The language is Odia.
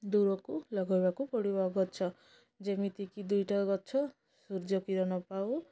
ଦୂରକୁ ଲଗେଇବାକୁ ପଡ଼ିବ ଗଛ ଯେମିତିକି ଦୁଇଟା ଗଛ ସୂର୍ଯ୍ୟ କିରଣ ପାଉ